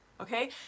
okay